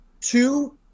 two